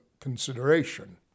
consideration